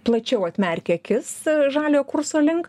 plačiau atmerkė akis žaliojo kurso link